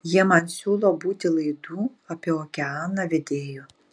jie man siūlo būti laidų apie okeaną vedėju